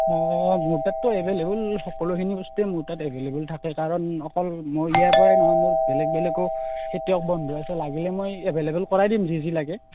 অঁ মোৰ তাততো এভেইলএবল সকলোখিনি বস্তুৱে মোৰ তাত এভেইএবল থাকে কাৰণ মোৰ ইয়াৰ পৰাই নহয় বেলেগ বেলেগো খেতিয়ক বন্ধু আছে লাগিলে মই এভেইলএবল কৰাই দিম যি যি লাগে